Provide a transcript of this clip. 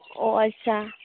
ᱚ ᱟᱪᱪᱷᱟ